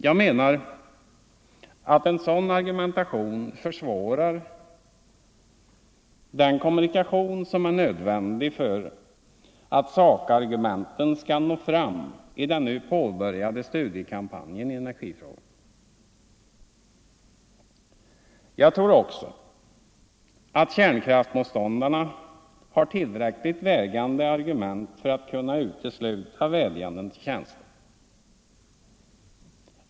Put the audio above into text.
Jag menar att en sådan argumentation försvårar den kommunikation som är nödvändig för att sakargumenten skall nå fram i den nu påbörjade studiekampanjen i energifrågan. Jag tror också att kärnkraftsmotståndarna har tillräckligt vägande argument för att kunna utesluta vädjande till känslor.